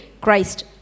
Christ